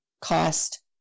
cost